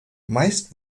meist